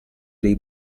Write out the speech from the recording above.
dei